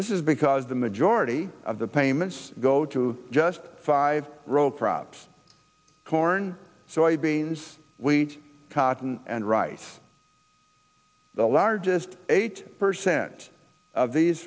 this is because the majority of the payments go to just five props corn soybeans cotton and rice the largest eight per cent of these